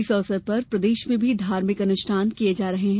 इस अवसर पर प्रदेश में भी धार्मिक अनुष्ठान किये जा रहे हैं